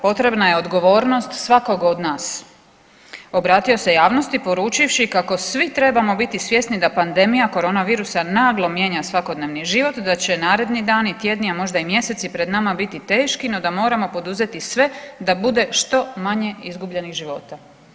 Potrebna je odgovornost svakoga od nas.“ Obratio se javnosti poručivši kako svi trebamo biti svjesni da pandemija korona virusa naglo mijenja svakodnevni život i da će naredni dani, tjedni, a mjeseci pred nama biti teški, no da moramo poduzeti sve da bude što manje izgubljenih života.